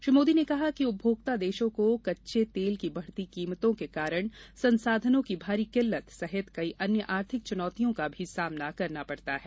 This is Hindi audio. श्री मोदी ने कहा कि उपभोक्ता देशों को कच्चे तेल की बढ़ती कीमतों के कारण संसाधनों की भारी किल्लत सहित कई अन्य आर्थिक चुनौतियों का भी सामना करना पड़ता है